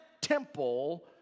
temple